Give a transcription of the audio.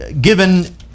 given